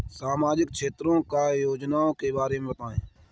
सामाजिक क्षेत्र की योजनाओं के बारे में बताएँ?